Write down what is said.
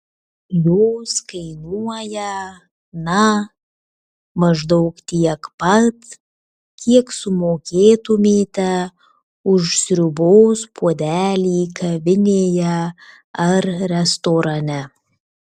jos kainuoja na maždaug tiek pat kiek sumokėtumėte už sriubos puodelį kavinėje ar restorane